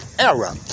error